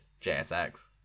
JSX